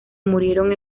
murieron